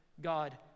God